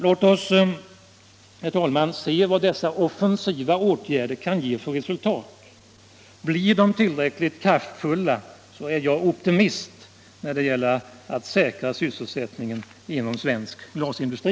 205 Låt oss se vad dessa offensiva åtgärder kan ge för resultat! Blir de tillräckligt kraftfulla är jag optimist när det gäller att säkra sysselsättningen inom svensk glasindustri.